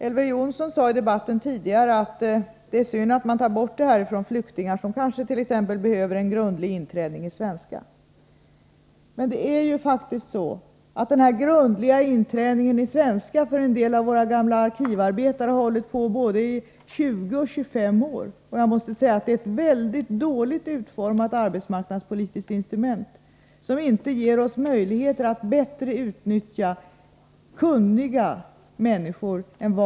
Elver Jonsson sade tidigare i dag att det är synd att man tar ifrån flyktingar, som kanske behöver en grundlig inträning i svenska, det här stödet. Det är emellertid faktiskt så, att den här grundliga inträningen i svenska för en del av våra gamla arkivarbetare har hållit på i både 20 och 25 år. Jag måste säga att det är ett mycket dåligt utformat arbetsmarknadspolitiskt instrument, som inte ger oss möjlighet att bättre utnyttja kunniga människor.